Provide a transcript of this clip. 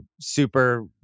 super